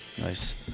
Nice